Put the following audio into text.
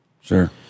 sure